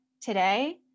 Today